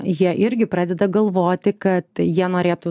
jie irgi pradeda galvoti kad jie norėtų